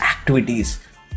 activities